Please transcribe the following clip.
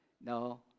No